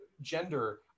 gender